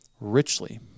richly